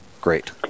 Great